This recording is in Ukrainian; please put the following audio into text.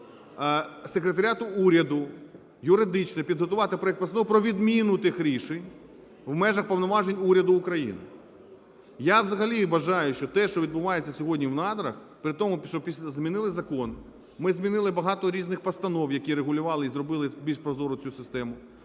Секретаріату уряду юридично підготувати проект постанови про відміну тих рішень в межах повноважень уряду України. Я взагалі вважаю, що те, що відбувається сьогодні в "Надрах", при тому, що змінили закон, ми змінили багато різних постанов, які регулювали, і зробили більш прозорою цю систему.